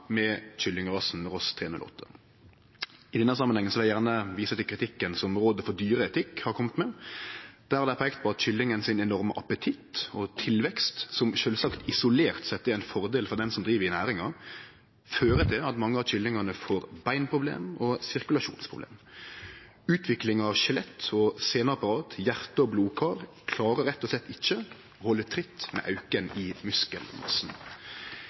med kyllingrasen Ross 308. I denne samanhengen vil eg gjerne vise til kritikken som Rådet for dyreetikk har kome med, der det er peikt på at kyllingen sin enorme appetitt og tilvekst – som sjølvsagt, isolert sett, er ein fordel for den som driv i næringa – fører til at mange av kyllingane får beinproblem og sirkulasjonsproblem. Utviklinga av skjelett og seneapparat, hjarte og blodkar klarer rett og slett ikkje å halde tritt med auken i muskelmassen.